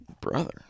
Brother